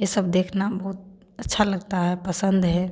ये सब देखना बहुत अच्छा लगता है पसंद है